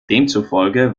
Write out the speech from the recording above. demzufolge